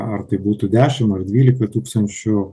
ar tai būtų dešim ar dvylika tūkstančių